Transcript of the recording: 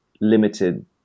limited